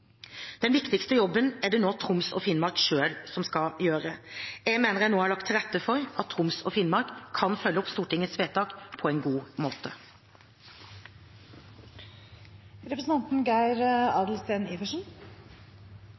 Den viktigste jobben er det nå Troms og Finnmark selv som skal gjøre. Jeg mener jeg nå har lagt til rette for at Troms og Finnmark kan følge opp Stortingets vedtak på en god